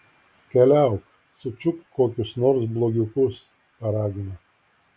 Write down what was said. keliauk sučiupk kokius nors blogiukus paragino